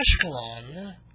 Ashkelon